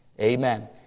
Amen